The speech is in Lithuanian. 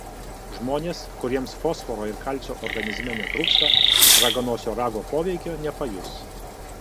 žmonės kuriems fosforo ir kalcio organizme netrūksta raganosio rago poveikio nepajus